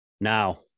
now